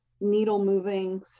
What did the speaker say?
needle-moving